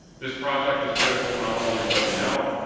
this project is critical not only at w and l,